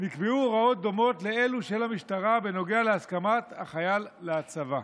נקבעו הוראות דומות לאלו של המשטרה בנוגע להסכמת החייל להצבה,